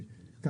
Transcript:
אז הפחתה ממה?